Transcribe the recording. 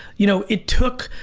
you know, it took,